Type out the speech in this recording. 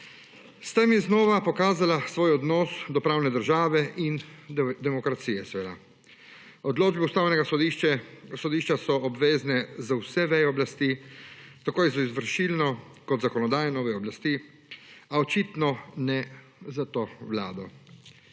S tem je znova pokazala svoj odnos do pravne države in demokracije, seveda. Odločbe Ustavnega sodišča so obvezne za vse veje oblasti, tako za izvršilno kot za zakonodajno vejo oblasti, a očitno ne za to vlado,